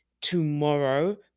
tomorrow